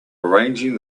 arranging